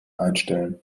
einstellen